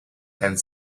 and